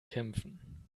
kämpfen